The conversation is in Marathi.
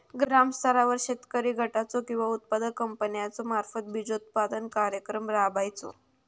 ग्रामस्तरावर शेतकरी गटाचो किंवा उत्पादक कंपन्याचो मार्फत बिजोत्पादन कार्यक्रम राबायचो?